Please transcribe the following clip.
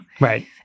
Right